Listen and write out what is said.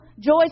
Joyce